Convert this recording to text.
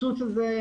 הקיצות הזה,